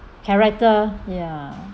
character ya